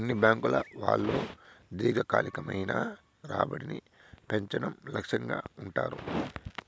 కొన్ని బ్యాంకుల వాళ్ళు దీర్ఘకాలికమైన రాబడిని పెంచడం లక్ష్యంగా ఉంటారు